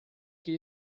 que